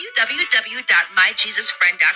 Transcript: www.MyJesusFriend.com